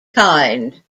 kind